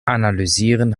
analysieren